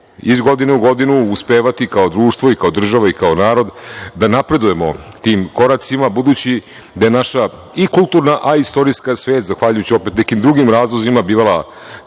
iz godine u godinu uspevati kao društvo i kao država i kao narod da napredujemo tim koracima, budući da je naša i kulturna, a i istorijska svest, zahvaljujući opet nekim drugim razlozima, bivala